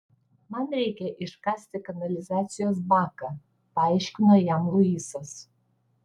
man reikia iškasti kanalizacijos baką paaiškino jam luisas